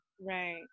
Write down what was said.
Right